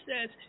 says